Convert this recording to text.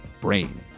brain